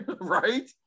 right